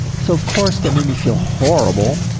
so of course that made me feel horrible.